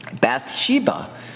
Bathsheba